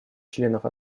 членов